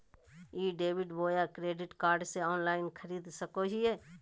ई debit बोया credit card से online खरीद सको हिए?